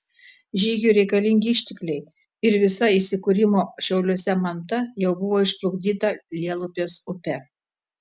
žygiui reikalingi ištekliai ir visa įsikūrimo šiauliuose manta jau buvo išplukdyta lielupės upe